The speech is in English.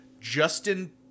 Justin